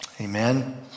Amen